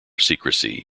secrecy